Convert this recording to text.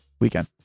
weekend